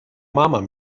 mama